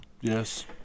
Yes